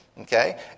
okay